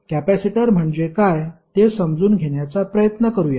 capacitor म्हणजे काय ते समजून घेण्याचा प्रयत्न करूया